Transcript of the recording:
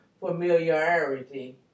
familiarity